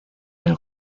del